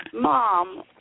Mom